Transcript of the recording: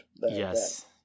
Yes